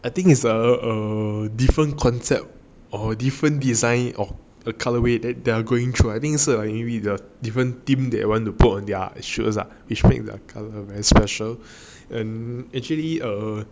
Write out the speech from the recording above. I think it's a err different concept or different design of the colourway that they're going through I think 是 like maybe the different theme that they want to put on their shoes ah which made their colour very special and actually err